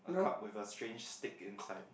a cup with a strange stick inside